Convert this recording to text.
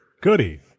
goody